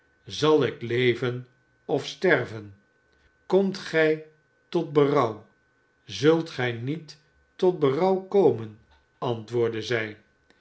zal ik leven of sterven komt gij tot berouw zult gij niet tot berouw komen antwoordde zij